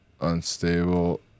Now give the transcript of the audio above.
Unstable